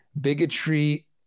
bigotry